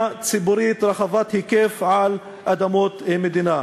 ציבורית רחבת היקף על אדמות מדינה.